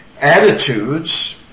attitudes